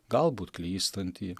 galbūt klystantį